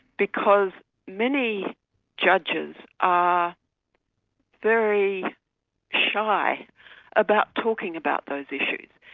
because many judges are very shy about talking about those issues.